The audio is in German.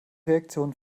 reaktionen